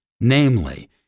namely